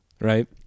right